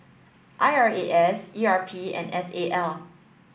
I R A S E R P and S A L